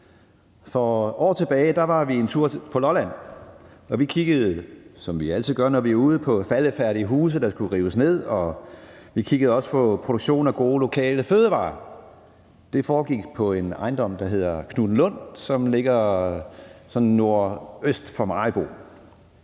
For år tilbage var vi en tur på Lolland, og vi kiggede, som vi altid gør, når vi er ude, på faldefærdige huse, der skulle rives ned, og vi kiggede også på produktion af gode lokale fødevarer. Det foregik på en ejendom, der hedder Knuthenlund, som ligger nordøst for Maribo.